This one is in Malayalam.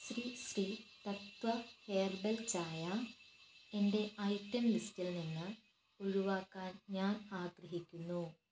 ശ്രീ ശ്രീ തത്വ ഹെർബൽ ചായ എന്റെ ഐറ്റം ലിസ്റ്റിൽ നിന്ന് ഒഴിവാക്കാൻ ഞാൻ ആഗ്രഹിക്കുന്നു